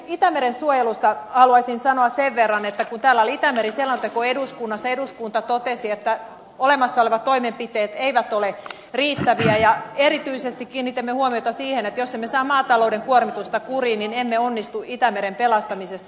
itämeren suojelusta haluaisin sanoa sen verran että kun täällä oli itämeri selonteko eduskunnassa eduskunta totesi että olemassa olevat toimenpiteet eivät ole riittäviä ja erityisesti kiinnitimme huomiota siihen että jos emme saa maatalouden kuormitusta kuriin niin emme onnistu itämeren pelastamisessa